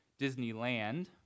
Disneyland